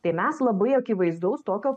tai mes labai akivaizdaus tokio